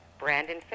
Brandon